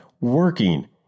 working